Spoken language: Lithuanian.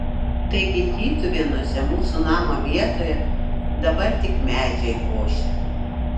taigi tytuvėnuose mūsų namo vietoje dabar tik medžiai ošia